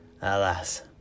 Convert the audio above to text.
Alas